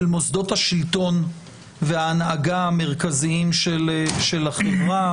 מוסדות השלטון וההנהגה המרכזיים של החברה.